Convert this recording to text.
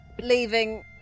leaving